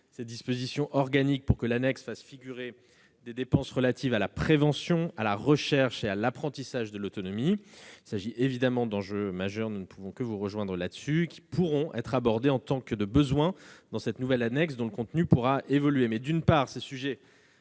ces dispositions organiques pour que l'annexe fasse figurer les dépenses relatives à la prévention, à l'apprentissage de l'autonomie et à la recherche. Il s'agit évidemment d'enjeux majeurs- nous ne pouvons que vous rejoindre sur ce point -, qui pourront être abordés en tant que de besoin dans cette nouvelle annexe, dont le contenu pourra évoluer. Mais, d'une part, ces enjeux